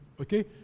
Okay